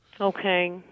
Okay